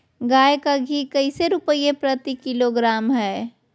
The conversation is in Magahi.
गाय का घी कैसे रुपए प्रति किलोग्राम है?